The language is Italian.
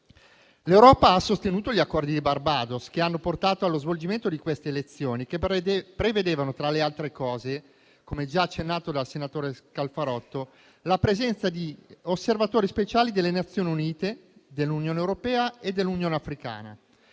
L'Europa ha sostenuto gli Accordi di Barbados che hanno portato allo svolgimento di queste elezioni, che prevedevano, tra le altre cose - come già accennato dal senatore Scalfarotto - la presenza di osservatori speciali delle Nazioni Unite, dell'Unione europea e dell'Unione africana.